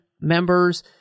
members